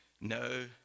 No